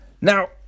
Now